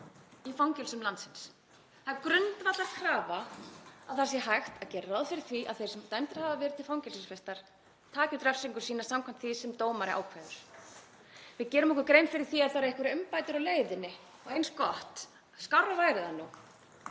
í fangelsum landsins. Það er grundvallarkrafa að það sé hægt að gera ráð fyrir því að þeir sem dæmdir hafa verið til fangelsisvistar taki út refsingu sína samkvæmt því sem dómari ákveður. Við gerum okkur grein fyrir því að það eru einhverjar umbætur á leiðinni og eins gott. Skárra væri það nú.